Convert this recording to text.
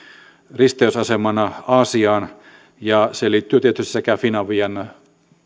risteysasemana aasiaan ja se liittyy tietysti sekä finavian